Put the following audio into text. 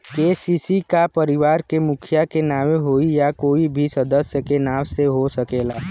KCC का परिवार के मुखिया के नावे होई या कोई भी सदस्य के नाव से हो सकेला?